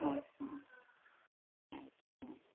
ಹಾಂ ಹ್ಞೂ ಹ್ಞೂ ಆಯ್ತು ಆಯ್ತು